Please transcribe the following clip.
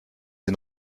sie